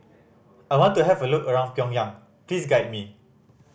I want to have a look around Pyongyang please guide me